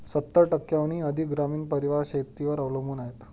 सत्तर टक्क्यांहून अधिक ग्रामीण परिवार शेतीवर अवलंबून आहेत